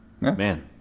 man